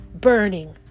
burning